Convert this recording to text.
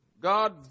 God